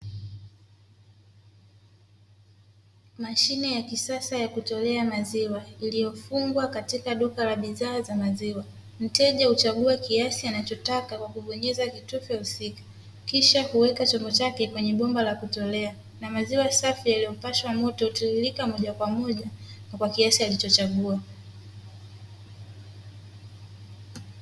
Mashine ya kisasa ya kutolea maziwa iliyofungwa katika duka la bidhaa za maziwa, mteja huchagua kiasi anachotaka kwa kubonyeza kitufe husika ,kisha huweka chombo chake kwenye bomba la kutolea na maziwa safi yaliyopashwa moto hutiririka moja kwa moja na kwa kiasi alichochagua .